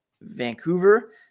Vancouver